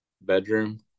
bedroom